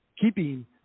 keeping